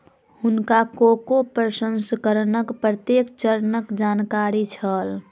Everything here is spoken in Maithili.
हुनका कोको प्रसंस्करणक प्रत्येक चरणक जानकारी छल